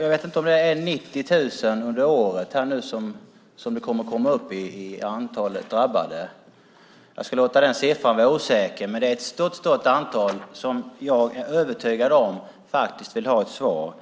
Jag vet inte om antalet drabbade kommer att komma upp i 90 000 under året. Den siffran är osäker, men det är ett stort antal, och jag är övertygad om att de vill ha ett svar